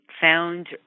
found